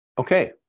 Okay